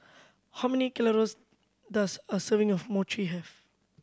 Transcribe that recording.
how many calories does a serving of Mochi have